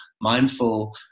mindful